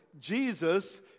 Jesus